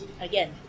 again